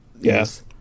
Yes